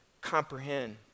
comprehend